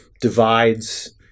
divides